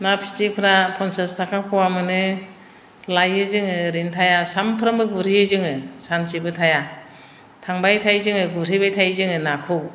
ना फिथिख्रिफ्रा पन्सास थाखा फवा मोनो लायो जोङो ओरैनो थाया सानफ्रामबो गुरहैयो जोङो सानसेबो थाया थांबाय थायो जोङो गुरहैबाय थायो जोङो नाखौ